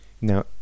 now